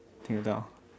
听得到